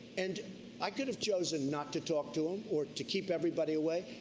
and i could have chosen not to talk to them or to keep everybody away.